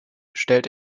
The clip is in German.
stellt